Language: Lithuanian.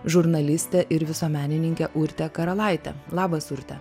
žurnaliste ir visuomenininke urte karalaite labas urte